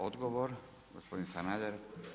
Odgovor gospodin Sanader.